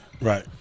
right